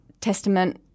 testament